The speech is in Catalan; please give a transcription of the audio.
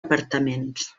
apartaments